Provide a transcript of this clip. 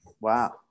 Wow